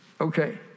Okay